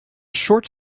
short